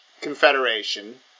confederation